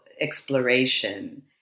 exploration